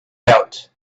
belt